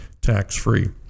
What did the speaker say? tax-free